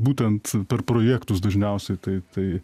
būtent per projektus dažniausiai tai tai